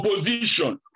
opposition